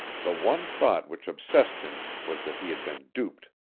the one thought which obsessed him was that he had been duped.